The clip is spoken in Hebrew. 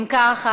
אם כך,